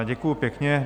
Děkuju pěkně.